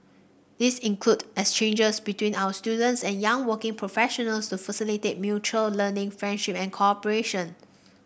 these include exchanges between our students and young working professionals to facilitate mutual learning friendship and cooperation